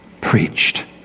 preached